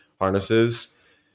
harnesses